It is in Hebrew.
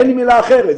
אין לי מילה אחרת.